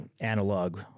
analog